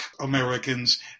americans